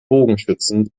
bogenschützen